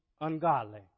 ungodly